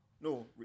No